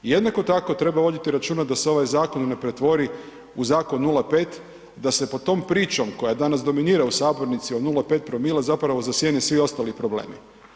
Jednako tako treba voditi računa da se ovaj zakon ne pretvori u zakon 0,5, da se po tom pričom koja danas dominira u sabornici o 0,5‰ zapravo zasjene svi ostali problemi.